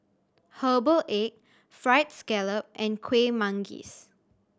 herbal egg Fried Scallop and Kueh Manggis